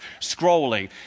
scrolling